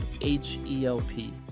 H-E-L-P